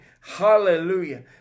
Hallelujah